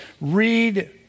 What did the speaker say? Read